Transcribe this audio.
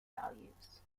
values